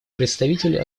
представители